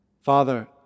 Father